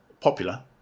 popular